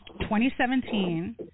2017